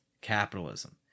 capitalism